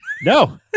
No